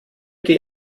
die